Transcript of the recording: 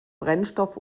brennstoff